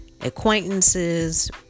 acquaintances